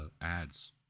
ads